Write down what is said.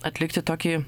atlikti tokį